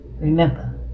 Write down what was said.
Remember